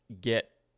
get